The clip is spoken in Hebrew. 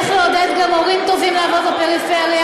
צריך לעודד גם מורים טובים לעבוד בפריפריה,